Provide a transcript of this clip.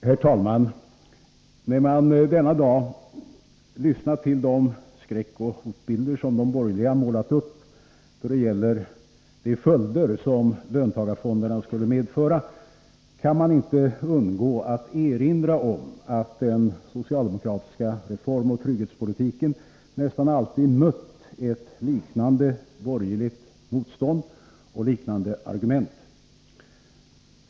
Herr talman! När man denna dag lyssnat till de skräckoch hotbilder som de borgerliga målat upp när det gäller de följder som löntagarfonderna skulle få, kan man inte underlåta att erinra om att den socialdemokratiska reformoch trygghetspolitiken nästan alltid mött ett liknande borgerligt motstånd och liknande argument.